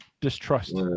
Distrust